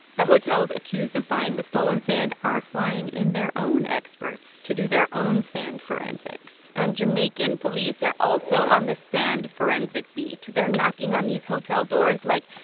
the hotels accused of buying the stolen sand are flying in their own experts to do their own sand forensics and jamaican police are also on the sand forensic beach. they're knocking on these hotel doors like,